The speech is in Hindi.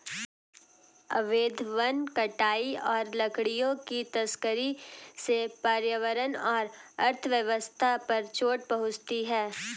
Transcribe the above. अवैध वन कटाई और लकड़ियों की तस्करी से पर्यावरण और अर्थव्यवस्था पर चोट पहुँचती है